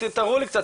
תראו לי קצת,